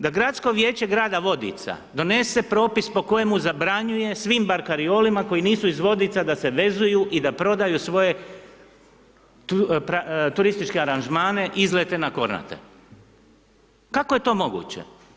Da gradsko vijeće grada Vodica donese propis po kojemu zabranjuje svim barkarolama koji nisu iz Vodica da se vezuju i da prodaju svoje turističke aranžmane, izlete na Kornate, kako je to moguće?